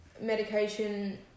medication